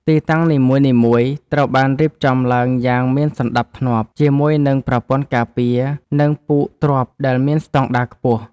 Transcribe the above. ទីតាំងនីមួយៗត្រូវបានរៀបចំឡើងយ៉ាងមានសណ្ដាប់ធ្នាប់ ជាមួយនឹងប្រព័ន្ធការពារ និងពូកទ្រាប់ដែលមានស្ដង់ដារខ្ពស់។